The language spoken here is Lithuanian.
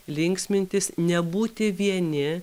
linksmintis nebūti vieni